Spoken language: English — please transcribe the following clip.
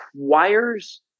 requires